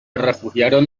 refugiaron